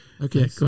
Okay